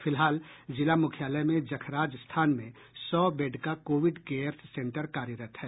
फिलहाल जिला मुख्यालय में जखराज स्थान में सौ बैड का कोविड केयर्स सेंटर कार्यरत हैं